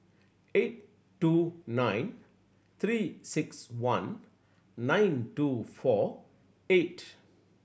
eight two nine Three Six One nine two four eight